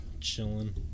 chilling